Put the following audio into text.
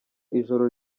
ijoro